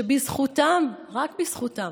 שבזכותם, רק בזכותם,